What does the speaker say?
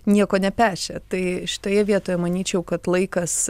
nieko nepešę tai šitoje vietoje manyčiau kad laikas